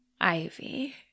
ivy